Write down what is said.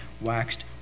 waxed